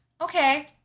Okay